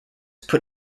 put